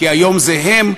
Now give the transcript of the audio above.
כי היום זה הם,